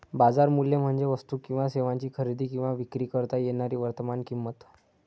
बाजार मूल्य म्हणजे वस्तू किंवा सेवांची खरेदी किंवा विक्री करता येणारी वर्तमान किंमत